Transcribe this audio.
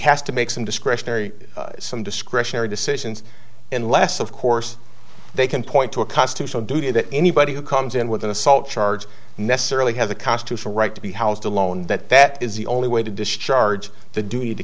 has to make some discretionary some discretionary decisions unless of course they can point to a constitutional duty that anybody who comes in with an assault charge necessarily has a constitutional right to be housed alone that that is the only way to discharge the duty to